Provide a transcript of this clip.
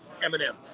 Eminem